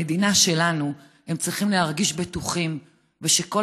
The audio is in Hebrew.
במדינה שלנו הם צריכים להרגיש בטוחים ושכל